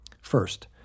First